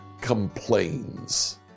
complains